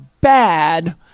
bad